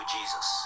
Jesus